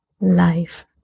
life